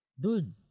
Dude